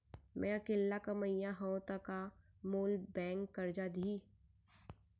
मैं अकेल्ला कमईया हव त का मोल बैंक करजा दिही?